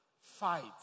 fight